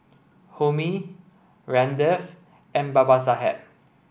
Homi Ramdev and Babasaheb